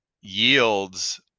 yields